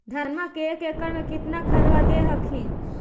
धनमा मे एक एकड़ मे कितना खदबा दे हखिन?